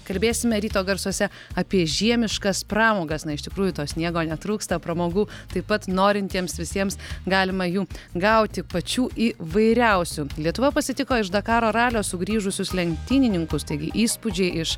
kalbėsime ryto garsuose apie žiemiškas pramogas na iš tikrųjų to sniego netrūksta pramogų taip pat norintiems visiems galima jų gauti pačių įvairiausių lietuva pasitiko iš dakaro ralio sugrįžusius lenktynininkus taigi įspūdžiai iš